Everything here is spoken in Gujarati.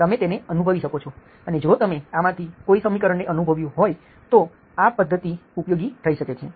તમે તેને અનુભવી શકો છો અને જો તમે આમાંથી કોઈ સમીકરણને અનુભવ્યું હોય તો આ પદ્ધતિ ઉપયોગી થઈ શકે છે